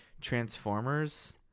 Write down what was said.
transformers